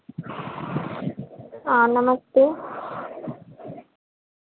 हाँ नमस्ते